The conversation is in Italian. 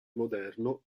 moderno